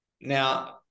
Now